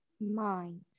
mind